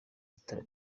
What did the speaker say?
rutare